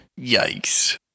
Yikes